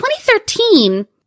2013